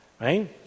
Right